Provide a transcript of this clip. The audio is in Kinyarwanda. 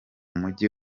mugi